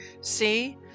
See